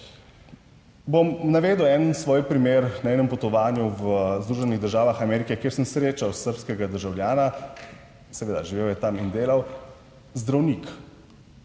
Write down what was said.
Bom navedel en svoj primer na enem potovanju v Združenih državah Amerike, kjer sem srečal srbskega državljana, seveda, živel je tam in delal zdravnik,